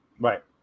Right